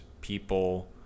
people